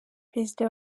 perezida